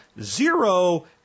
zero